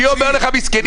אני אומר לך, מסכנים.